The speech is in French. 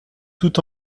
tout